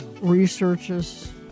researches